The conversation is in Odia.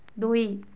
ଦୁଇ